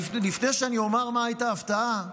לפני שאני אומר מה הייתה ההפתעה,